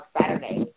Saturday